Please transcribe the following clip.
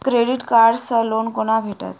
Credit card सँ loan कोना भेटत?